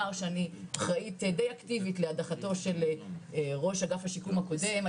שאני אחראית די אקטיבית להדחתו של ראש אגף השיקום הקודם,